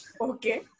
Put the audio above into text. Okay